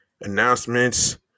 announcements